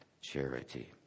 charity